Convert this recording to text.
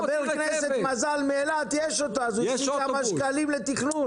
אם אני אסע לקנות ארטיק באילת